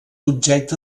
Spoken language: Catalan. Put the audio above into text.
objecte